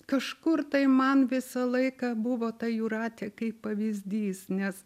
kažkur tai man visą laiką buvo ta jūratė kaip pavyzdys nes